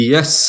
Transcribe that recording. Yes